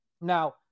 Now